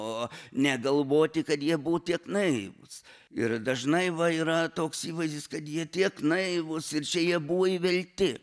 o negalvoti kad jie buvo tiek naivūs ir dažnai va yra toks įvaizdis kad jie tiek naivūs ir čia jie buvo įvelti